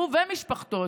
הוא ומשפחתו,